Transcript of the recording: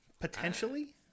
Potentially